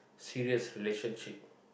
serious relationship